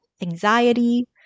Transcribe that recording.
anxiety